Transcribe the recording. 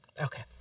Okay